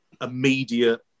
immediate